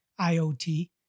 IoT